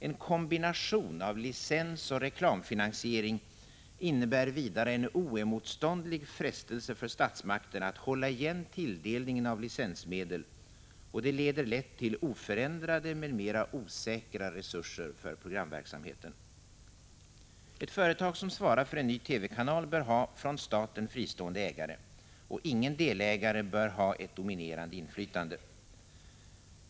En kombination av licensoch reklamfinansiering innebär vidare en oemotståndlig frestelse för statsmakterna att hålla igen tilldelningen av licensmedel och leder lätt till oförändrade, men mera osäkra resurser för programverksamheten. Ett företag som svarar för en ny TV-kanal bör ha från staten fristående ägare. Ingen delägare bör ha ett dominerande inflytande.